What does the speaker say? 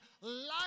life